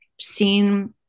seen